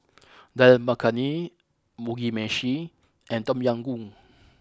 Dal Makhani Mugi Meshi and Tom Yam Goong